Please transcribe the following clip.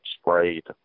sprayed